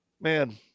Man